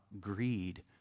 greed